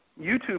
YouTube